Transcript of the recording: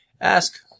Ask